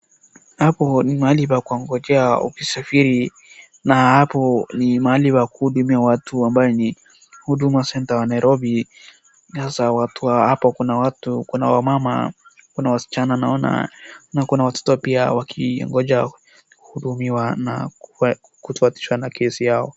Hapo ni mahali pa kungojea ukisafiri na hapo ni mahali pa kuhudumia watu ambaye ni huduma centre wa Nairobi sasa watu wa hapa kuna wamama kuna wasichana naona na kuna watoto pia wakingoja kuhudumiwa na kutuachishwa na kesi yao.